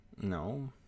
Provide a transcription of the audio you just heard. No